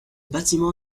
bâtiment